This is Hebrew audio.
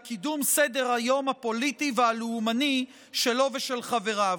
אלא קידום סדר-היום הפוליטי והלאומני שלו ושל חבריו.